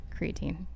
Creatine